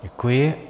Děkuji.